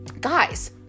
guys